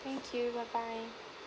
thank you bye bye